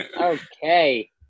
Okay